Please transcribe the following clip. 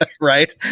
Right